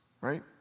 right